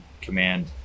command